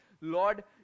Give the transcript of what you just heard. Lord